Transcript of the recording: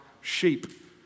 sheep